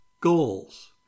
goals